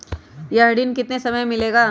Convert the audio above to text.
यह ऋण कितने समय मे मिलेगा?